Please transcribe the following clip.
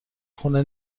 خونه